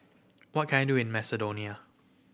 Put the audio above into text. what can I do in Macedonia